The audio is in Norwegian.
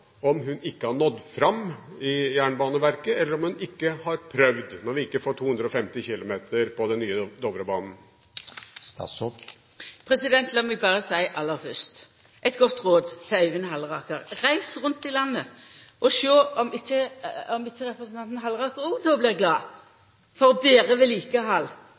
om hun ikke har nådd fram i Jernbaneverket, eller om hun ikke har prøvd, når vi ikke får 250 km/t på den nye Dovrebanen. Lat meg berre aller fyrst gje eit godt råd til Øyvind Halleraker: Reis rundt i landet og sjå om ikkje representanten Halleraker òg då blir glad for betre vedlikehald,